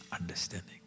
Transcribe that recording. Understanding